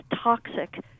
toxic